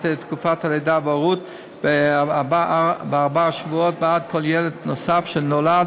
תקופת הלידה וההורות בארבעה שבועות בעד כל ילד נוסף שנולד